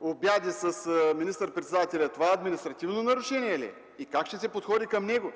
обеди с министър-председателя? Това административно нарушение ли е? И как ще се подходи към него?”.